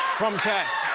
from cats.